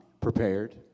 Prepared